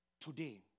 today